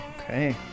Okay